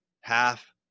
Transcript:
half